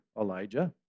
Elijah